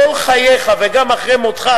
כל חייך וגם אחרי מותך,